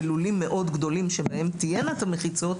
בלולים מאוד גדולים בהם תהיינה מחיצות,